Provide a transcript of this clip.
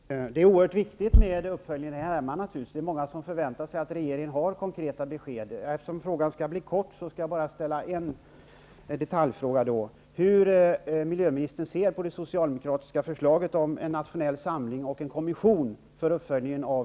Fru talman! Det är naturligtvis oerhört viktigt med uppföljning här hemma, och många förväntar sig att regeringen har konkreta besked. Eftersom jag bör hålla mig kort skall jag bara ställa en detaljfråga: Hur ser miljöministern på det socialdemokratiska förslaget om en nationell samling och en kommission för uppföljningen av